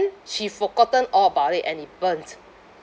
she forgotten all about it and it burnt